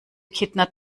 kittner